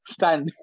Stand